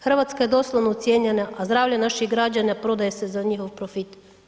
Hrvatska je doslovno ucijenjena a zdravlje naših građana prodaje se za njihov profit.